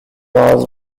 was